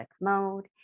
mode